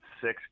six